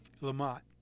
Lamont